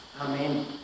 Amen